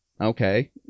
Okay